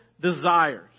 desires